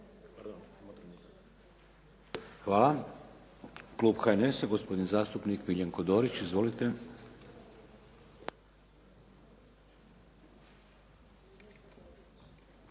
Hvala. Klub HNS-a, gospodin zastupnik Miljenko Dorić. Izvolite.